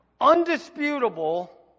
Undisputable